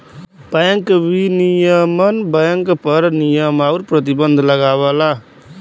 bank विनियमन bank पर नियम आउर प्रतिबंध लगावला